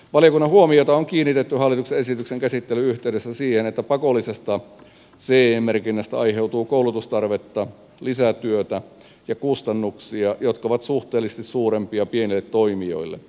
valiokunnan huomiota on kiinnitetty hallituksen esityksen käsittelyn yhteydessä siihen että pakollisesta ce merkinnästä aiheutuu koulutustarvetta lisätyötä ja kustannuksia jotka ovat suhteellisesti suurempia pienille toimijoille